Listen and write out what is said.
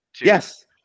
Yes